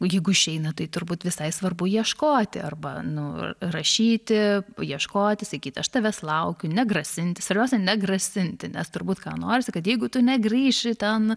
jeigu išeina tai turbūt visai svarbu ieškoti arba nu rašyti ieškoti sakyti aš tavęs laukiu negrasinti svarbiausia negrasinti nes turbūt ką norisi kad jeigu tu negrįši ten